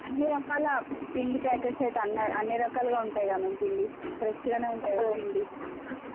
అన్నీ రకాలా పిండి ప్యాకెట్స్ అయితే అన్న అన్నీ రకాలుగా ఉంటాయి కదా మ్యామ్ పిండి ఫ్రెష్గానే ఉంటాయిగా పిండి